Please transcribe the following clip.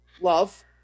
love